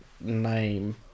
name